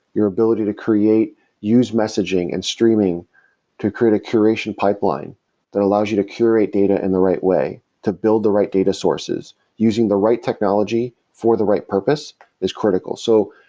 your ability to create used messaging and streaming to create a curation pipeline that allows you to curate data in the right way to build the right data sources, using the right technology for the right purpose is critical so